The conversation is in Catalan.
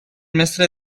mestre